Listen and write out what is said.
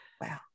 Wow